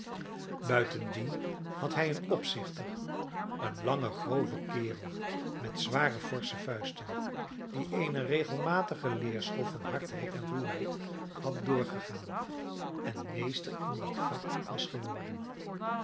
buitendien had hij een opzichter een lange grove kerel met zware forsche vuisten die eene regelmatige leerschool van hardheid en ruwheid had doorgegaan en meester in dat vak was geworden